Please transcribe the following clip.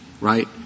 right